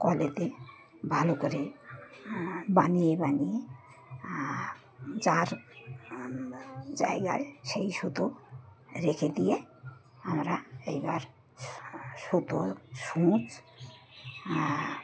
কলেতে ভালো করে বানিয়ে বানিয়ে যার জায়গায় সেই সুতো রেখে দিয়ে আমরা এইবার সুতো সুঁচ